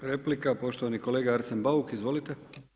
Replika poštovani kolega Arsen Bauk, izvolite.